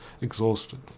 exhausted